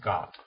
God